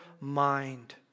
mind